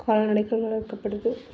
கால்நடைகள் வளர்க்கப்படுது